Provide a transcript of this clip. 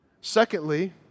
Secondly